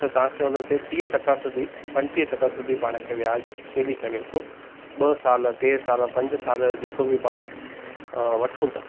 त तव्हांखे उन ते टीह टका सुदी पंटीह टका सुदी तव्हांखे व्याजु मिली सघे थो ॿ साल टे साल पंज साल जेको बि पाण वठूं था